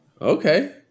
okay